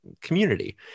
community